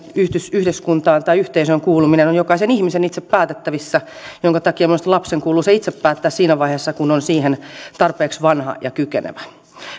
yhdyskuntaan tai yhteisöön kuuluminen on jokaisen ihmisen itse päätettävissä minkä takia minusta lapsen kuuluu se itse päättää siinä vaiheessa kun on siihen tarpeeksi vanha ja kykenevä